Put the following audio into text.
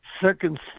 second